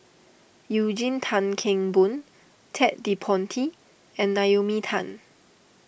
Eugene Tan Kheng Boon Ted De Ponti and Naomi Tan